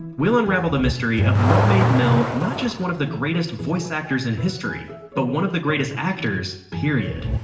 we'll unravel the mystery of what made mel not just one of the greatest voice actors in history, but one of the greatest actors period,